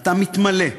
ואתה מתמלא,